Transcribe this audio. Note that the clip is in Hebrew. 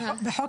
בחוק ההסדרים.